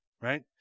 Right